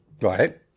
Right